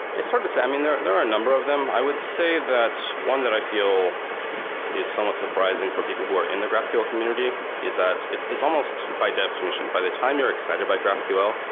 it's hard to say. i mean, there there are a number of them. i would say that one that i feel is somewhat surprising for people who are in the graphql community is that it's it's almost, by defi nition, by the time you're excited about graphql,